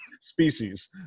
species